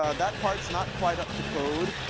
ah that part's not quite up to code.